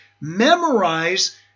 Memorize